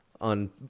on